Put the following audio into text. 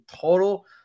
total